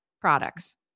products